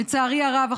לצערי הרב,